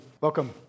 Welcome